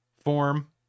form